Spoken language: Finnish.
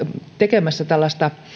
tekemässä